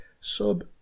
Sub